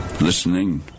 listening